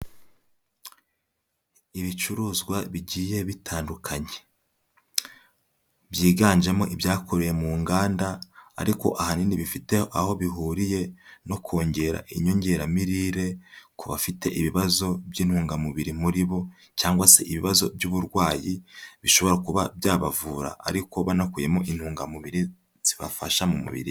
Ibicuruzwa bigiye bitandukanye, byiganjemo ibyakorewe mu nganda ariko ahanini bifite aho bihuriye no kongera inyongeramirire ku bafite ibibazo by'intungamubiri muri bo cyangwa se ibibazo by'uburwayi bishobora kuba byabavura ariko banakuyemo intungamubiri zibafasha mu mubiri.